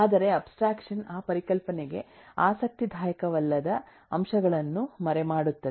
ಆದರೆ ಅಬ್ಸ್ಟ್ರಾಕ್ಷನ್ ಆ ಪರಿಕಲ್ಪನೆಗೆ ಆಸಕ್ತಿದಾಯಕವಲ್ಲದ ಅಂಶಗಳನ್ನು ಮರೆಮಾಡುತ್ತದೆ